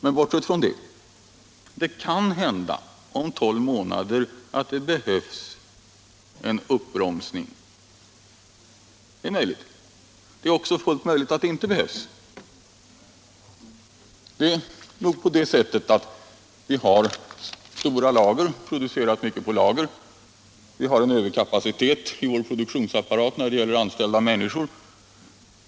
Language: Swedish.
Bortsett från detta kan det hända att det om tolv månader behövs en uppbromsning. Det är också fullt möjligt att den inte behövs. Vi har producerat mycket på lager. Vi har en överkapacitet i vår produktionsapparat när det gäller anställda människor.